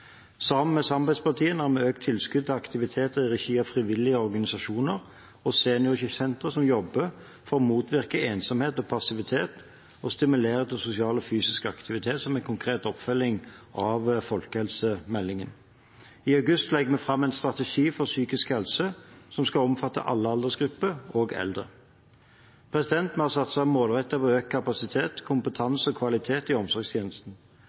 Sammen med samarbeidspartiene har vi økt tilskuddene til aktiviteter i regi av frivillige organisasjoner og seniorsentre som jobber for å motvirke ensomhet og passivitet og stimulere til sosiale og fysiske aktiviteter som en konkret oppfølging av folkehelsemeldingen. I august legger vi fram en strategi for psykisk helse som skal omfatte alle aldersgrupper, også eldre. Vi har satset målrettet på økt kapasitet, kompetanse og kvalitet i omsorgstjenesten.